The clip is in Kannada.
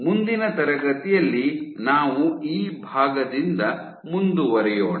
ಮುಂದಿನ ತರಗತಿಯಲ್ಲಿ ನಾವು ಈ ಭಾಗದಿಂದ ಮುಂದುವರಿಯೋಣ